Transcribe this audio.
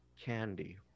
Candy